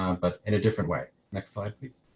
um but in a different way. next slide please.